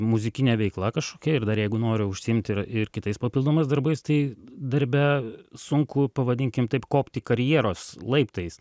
muzikine veikla kažkokia ir dar jeigu nori užsiimti ir kitais papildomais darbais tai darbe sunku pavadinkim taip kopti karjeros laiptais